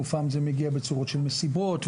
ופעם זה מגיע בצורה של מסיבות,